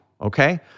okay